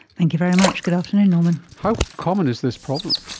thank you very much, good afternoon norman. how common is this problem?